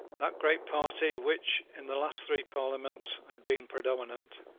that great party, which, in the last three parliaments, had been predominant,